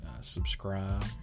subscribe